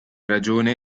ragione